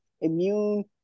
immune